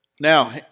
Now